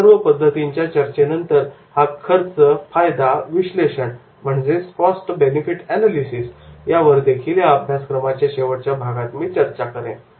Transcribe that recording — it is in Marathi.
या सर्व पद्धतींच्या चर्चेनंतर या खर्च फायदा विश्लेषण Cost Benefit Analysis cost benefit analysis यावरदेखील या अभ्यासक्रमाच्या शेवटच्या भागात मी चर्चा करेन